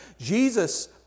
Jesus